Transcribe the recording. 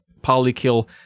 PolyKill